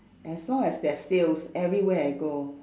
as long as there's sales everywhere I go